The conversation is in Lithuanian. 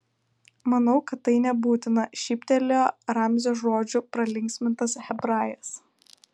manau kad tai nebūtina šyptelėjo ramzio žodžių pralinksmintas hebrajas